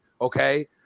okay